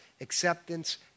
acceptance